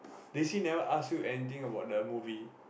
D_C never ask you anything about the movie